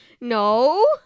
No